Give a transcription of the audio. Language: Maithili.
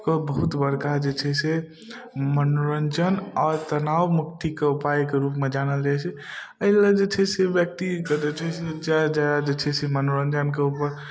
बहुत बड़का जे छै से मनोरञ्जन आओर तनावमुक्तिके उपाइके रूपमे जानल जाइ छै एहि लेल जे छै से व्यक्तिके जे छै से जादा जे छै से मनोरञ्जनके उपर